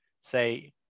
say